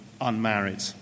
unmarried